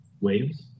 waves